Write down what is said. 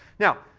now,